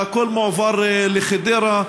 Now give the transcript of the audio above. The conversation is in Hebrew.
והכול מועבר לחדרה,